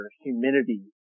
humidity